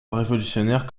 révolutionnaire